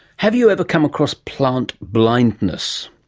have you ever come across plant blindness?